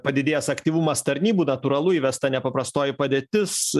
padidėjęs aktyvumas tarnybų natūralu įvesta nepaprastoji padėtis